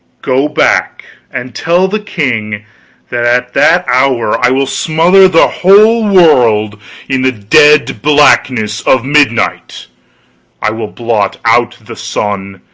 go back and tell the king that at that hour i will smother the whole world in the dead blackness of midnight i will blot out the sun,